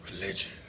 religion